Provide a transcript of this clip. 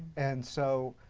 and so,